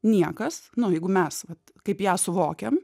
niekas nu jeigu mes vat kaip ją suvokiam